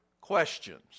questions